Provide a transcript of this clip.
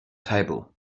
table